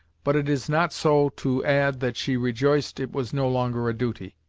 but it is not so to add that she rejoiced it was no longer a duty.